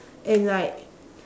and like